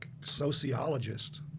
sociologist